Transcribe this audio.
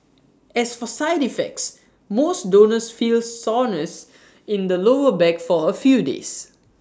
as for side effects most donors feel soreness in the lower back for A few days